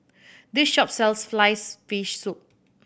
this shop sells sliced fish soup